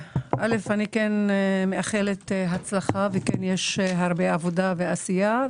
אני מאחלת הצלחה ויש הרבה עבודה ועשייה.